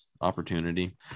opportunity